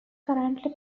currently